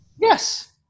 Yes